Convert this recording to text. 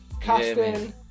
casting